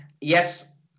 yes